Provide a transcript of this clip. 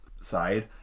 Side